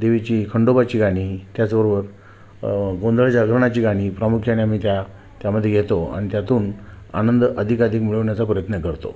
देवीची खंडोबाची गाणी त्याचबरोबर गोंधळ जागरणाची गाणी प्रामुख्याने आम्ही त्या त्यामध्ये घेतो आणि त्यातून आनंद अधिकाधिक मिळवण्याचा प्रयत्न करतो